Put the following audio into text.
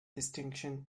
distinction